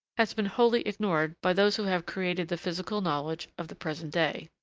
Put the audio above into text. has been wholly ignored by those who have created the physical knowledge of the present day.